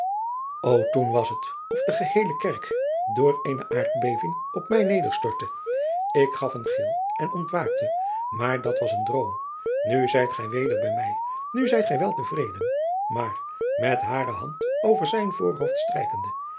toen was het of de geheele kerk door eene aardbeving op mij nederstortte ik gaf een gil en ontwaakte maar dat was een droom nu zijt gij weder bij mij nu zijt gij wel te vreden maar met hare hand over zijn voorhoofd strijkende